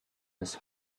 his